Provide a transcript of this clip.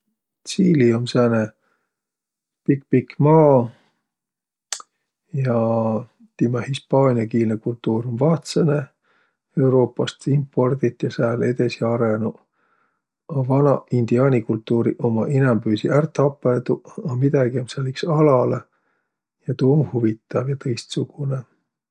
Tsiili um sääne pikk-pikk maa. Ja timä hispaaniakiilne kultuur um vahtsõnõ, Euruupast impordit ja sääl edesi arõnuq. A vanaq indiaani kultuuriq ummaq inämbüisi ärq tapõduq, a midägi um sääl iks alalõ ja tuu um huvitav ja tõistsugunõ.